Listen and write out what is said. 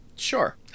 Sure